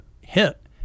hit